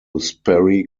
sperry